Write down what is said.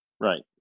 Right